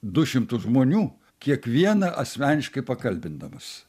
du šimtus žmonių kiekvieną asmeniškai pakalbindamas